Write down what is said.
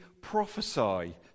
prophesy